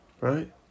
right